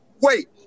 Wait